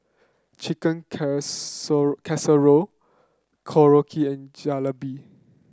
Chicken Casserole Korokke and Jalebi